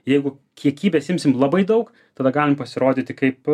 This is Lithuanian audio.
jeigu kiekybės imsim labai daug tada galim pasirodyti kaip